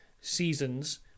seasons